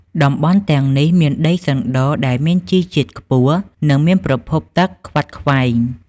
តំបន់ទាំងនេះមានដីសណ្ត ដែលមានជីជាតិខ្ពស់ និងមានប្រភពទឹកខ្វាត់ខ្វែង។